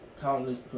countless